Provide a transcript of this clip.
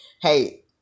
hey